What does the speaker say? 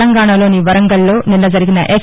తెలంగాణాలోని వరంగల్లో నిన్న జరిగిన ఎస్